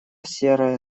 серая